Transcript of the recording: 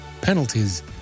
penalties